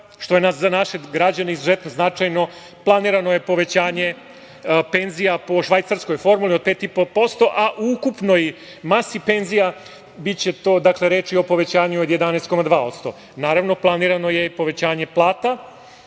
što je za naše građane izuzetno značajno, planirano je povećanje penzija po švajcarskoj formuli od 5,5%, a u ukupnoj masi penzija biće reči o povećanju od 11,2%. Naravno, planirano je i povećanje plata